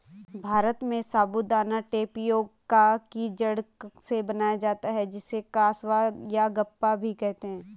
भारत में साबूदाना टेपियोका की जड़ से बनाया जाता है जिसे कसावा यागप्पा भी कहते हैं